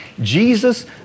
Jesus